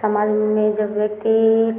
समाज में जब व्यक्ति